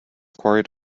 quarried